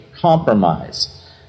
compromise